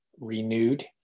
renewed